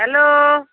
hello